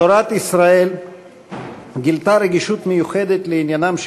תורת ישראל גילתה רגישות מיוחדת לעניינם של